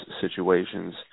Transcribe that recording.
situations